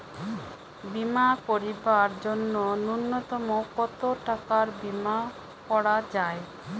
বীমা করিবার জন্য নূন্যতম কতো টাকার বীমা করা যায়?